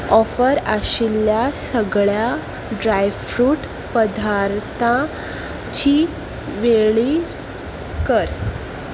offer आशिल्ल्या सगळ्या dry fruit पदार्थां चीं वळेरी कर